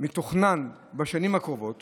מתוכנן בשנים הקרובות